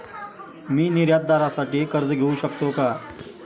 मी निर्यातदारासाठी कर्ज घेऊ शकतो का?